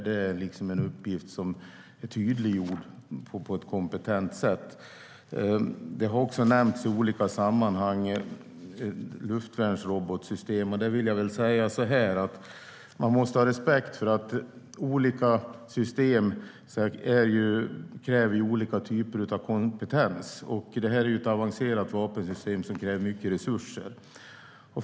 Det är en uppgift som har gjorts tydlig på ett kompetent sätt. I olika sammanhang har också luftvärnsrobotsystem nämnts. Man måste ha respekt för att olika system kräver olika typer av kompetens. Det är ett avancerat vapensystem som kräver mycket resurser.